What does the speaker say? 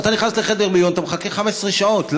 אתה נכנס לחדר מיון, אתה מחכה 15 שעות.